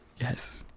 Yes